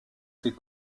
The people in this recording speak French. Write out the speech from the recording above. ses